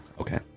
Okay